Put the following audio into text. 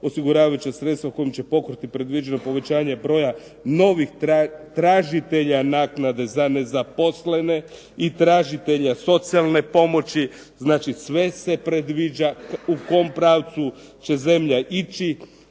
osiguravajuća sredstva kojima će pokriti predviđeno povećanje broja novih tražitelja naknade za nezaposlene i tražitelja socijalne pomoći. Znači sve se predviđa u kom pravcu će zemlja ići